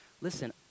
listen